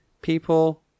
People